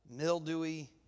mildewy